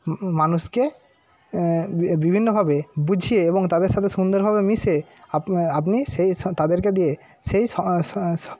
মানুষকে ব বিভিন্নভাবে বুঝিয়ে এবং তাদের সাথে সুন্দরভাবে মিশে আপ আপনি সেই তাদেরকে দিয়ে সেই স স